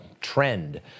trend